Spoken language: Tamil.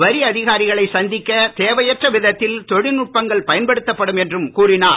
வரி அதிகாரிகளை சந்திக்கத் தேவையற்ற விதத்தில் தொழில்நுட்பங்கள் பயன்படுத்தப் படும் என்றும் கூறினார்